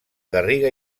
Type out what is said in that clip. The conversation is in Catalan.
garriga